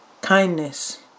kindness